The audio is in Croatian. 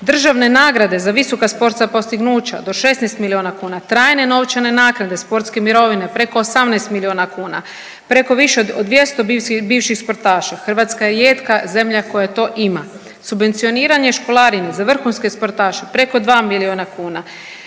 državne nagrade za visoka sportska postignuća do 16 miliona kuna, trajne novčane naknade sportske mirovine preko 18 miliona kuna, preko više od 200 bivših sportaša. Hrvatska je rijetka zemlja koja to ima. Subvencioniranje školarina za vrhunske sportaše preko 2 miliona kuna.